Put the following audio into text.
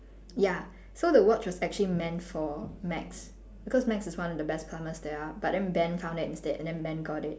ya so the watch was actually meant for max because max is one of the best plumbers there ah but then ben found it instead and then ben got it